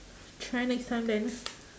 try next time then